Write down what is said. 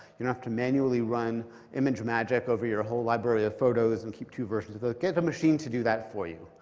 you don't have to manually run imagemagick over your whole library of photos and keep two versions of those. get a machine to do that for you.